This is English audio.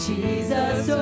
Jesus